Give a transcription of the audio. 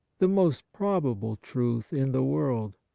the most probable truth in the world.